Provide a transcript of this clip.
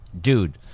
dude